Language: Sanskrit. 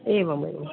एवमेवं